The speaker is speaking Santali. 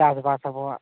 ᱪᱟᱥᱵᱟᱥᱟᱵᱚ ᱦᱟᱜ